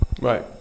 Right